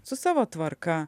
su savo tvarka